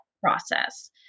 process